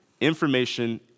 Information